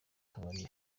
tubari